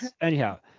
anyhow